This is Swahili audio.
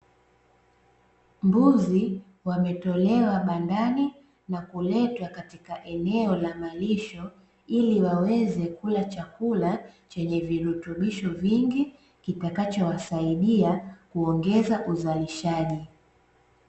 Mbuzi wametolewa bandani na kuletwa katika eneo la malisho, ili waweze kula chakula chenye virutubisho vingi kitakachowasaidia kuongeza uzalishaji.